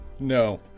No